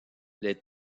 les